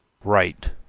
right,